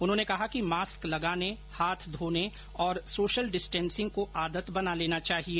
उन्होंने कहा कि मास्क लगाने हाथ धोने और सोशल डिस्टेंसिंग को आदत बना लेना चाहिए